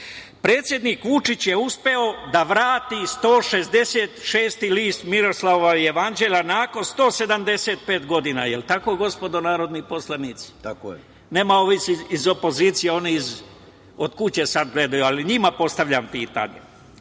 Predsednik Vučić je uspeo da vrati 166-i list Miroslavljevog jevanđelja nakon 175 godina. Jel tako, gospodo narodni poslanici? Nema ovih iz opozicije. Oni od kuće sada gledaju, ali njima postavljam pitanje.